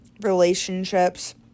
relationships